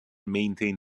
maintain